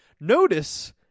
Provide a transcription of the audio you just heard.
Notice